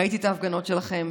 ראיתי את ההפגנות שלכם,